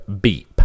beep